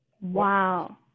Wow